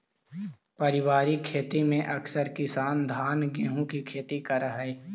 पारिवारिक खेती में अकसर किसान धान गेहूँ के ही खेती करऽ हइ